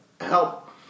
help